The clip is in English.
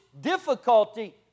difficulty